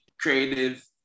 creative